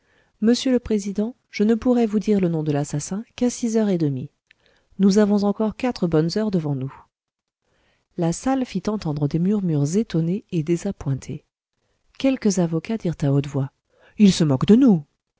monsieur le président je ne pourrai vous dire le nom de l'assassin qu'à six heures et demie nous avons encore quatre bonnes heures devant nous la salle fit entendre des murmures étonnés et désappointés quelques avocats dirent à haute voix il se moque de nous